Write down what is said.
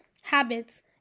habits